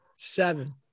seven